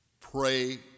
pray